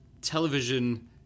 television